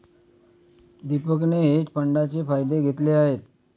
दीपकने हेज फंडाचे फायदे घेतले आहेत